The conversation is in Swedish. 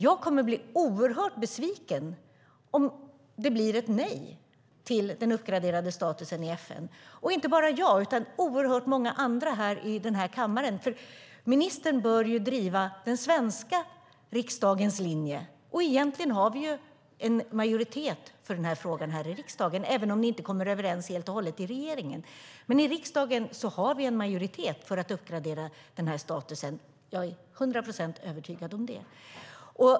Jag kommer att bli oerhört besviken om det blir ett nej till den uppgraderade statusen i FN - och inte bara jag utan många andra här i kammaren. Ministern bör ju driva den svenska riksdagens linje, och egentligen har vi en majoritet för den här frågan i riksdagen, även om ni inte kommer överens helt och hållet i regeringen. I riksdagen har vi en majoritet för att uppgradera statusen. Jag är till hundra procent övertygad om det.